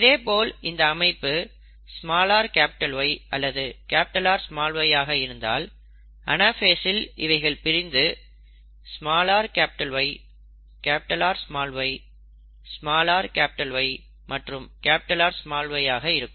இதேபோல் இந்த அமைப்பு rY அல்லது Ry ஆக இருந்தால் அனாஃபேஸ்சில் இவைகள் பிரிந்து rY Ry rY மற்றும் Ry ஆக இருக்கும்